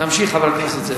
תמשיך, חבר הכנסת זאב.